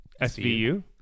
SVU